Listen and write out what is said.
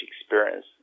experience